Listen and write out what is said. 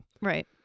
Right